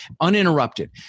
uninterrupted